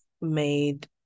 made